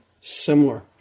similar